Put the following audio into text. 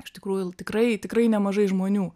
iš tikrųjų tikrai tikrai nemažai žmonių